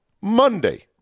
Monday